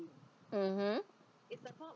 mmhmm